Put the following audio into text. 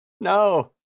No